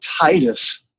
Titus